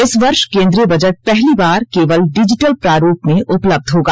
इस वर्ष केन्द्रीय बजट पहली बार केवल डिजिटल प्रारूप में उपलब्ध होगा